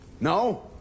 No